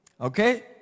Okay